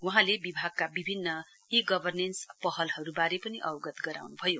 वहाँले विभागका विभिन्न ई गर्वनेन्स पहलहरूबारे पनि अवगत गराउन् भयो